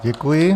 Děkuji.